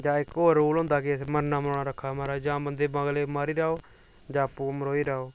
जां इक होर रूल होंदा मरना मराना रक्खा दा म्हाराज जां बंदे अगले ई मारी लैओ जां आपूं मरोई जाओ